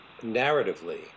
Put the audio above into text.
narratively